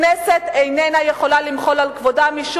הכנסת איננה יכולה למחול על כבודה,